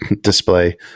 display